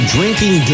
Drinking